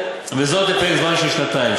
וזאת לפרק זמן של שנתיים.